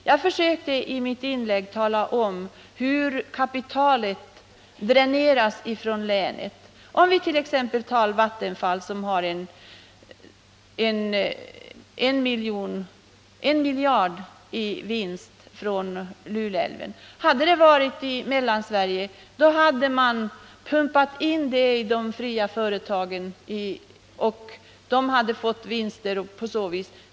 Jag försökte i mitt inlägg tala om hur kapitalet dräneras från länet. Jag kan som exempel nämna att Vattenfall har 1 miljard i vinst från Luleälven. Om det hade gällt Mellansverige hade man pumpat in den vinsten i de fria företagen, som därmed hade fått vinster.